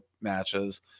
matches